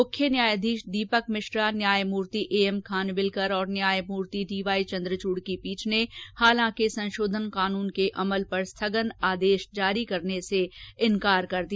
मुख्य न्यायाधीश दीपक मिश्रा न्यायमूर्ति ए एम खानविलकर और न्यायमूर्ति डी वाई चन्द्रचूड़ की पीठ ने हालाकि संशोधन कानून के अमल पर स्थगन आदेश जारी करने से इंकार कर दिया